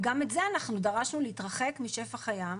וגם את זה אנחנו דרשנו להתרחק משפך הים.